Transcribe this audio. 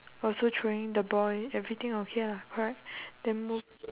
also throwing the ball and everything lah okay lah correct then move